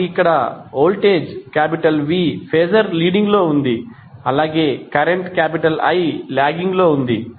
కాబట్టి ఇక్కడ voltage V phasor leading లో ఉంది అలాగే కరెంట్ Iలాగింగ్ లో ఉంది